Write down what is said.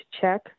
check